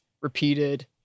repeated